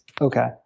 okay